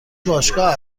باشگاه